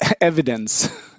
evidence